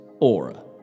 Aura